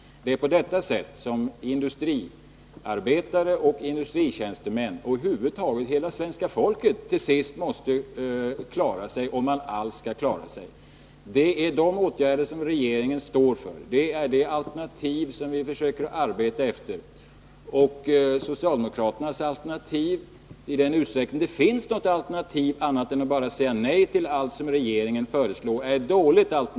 Det är på detta sätt som industriarbetare och industritjänstemän, och över huvud taget svenska folket, till sist måste klara sig. Det är dessa utgärder som regeringen står för, det är det alternativ som vi försöker arbeta efter. Socialdemokraternas alternativ — i den mån det finns något sådant, annat än att bara säga nej till allt vad regeringen föreslår — är dåliga. Bl.